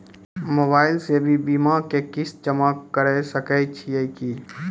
Mobile से भी बीमा के किस्त जमा करै सकैय छियै कि?